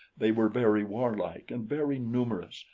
they were very warlike and very numerous,